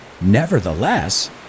Nevertheless